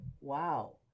wow